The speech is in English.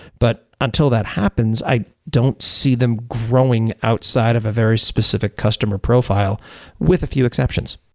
but until that happens, i don't see them growing outside of a very specific customer profile with a few exceptions.